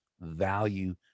value